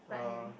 right hand